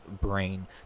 brain